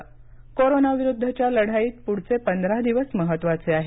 कोरोनाविरुद्धच्या लढाईत पुढचे पंधरा दिवस महत्त्वाचे आहेत